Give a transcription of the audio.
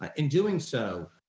ah in doing so,